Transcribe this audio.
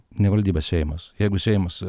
ne valdyba o seimas jeigu seimas